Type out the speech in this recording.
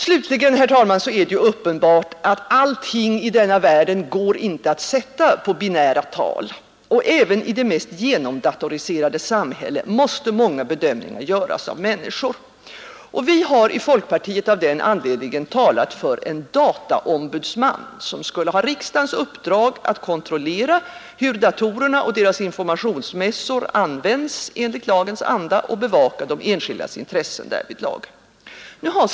Slutligen, herr talman, är det uppenbart att allting i denna världen inte går att sätta på binära tal och att även i det mest genomdatoriserade samhälle många bedömningar måste göras av människor. Vi från folkpartiet har av den anledningen talat för en dataombudsman, som Nr 63 skulle ha riksdagens uppdrag att kontrollera att datorerna och deras Fredagen den informationsmassor används enligt lagens anda och bevaka de enskildas 21 april 1972 intressen därvidlag.